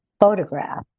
photograph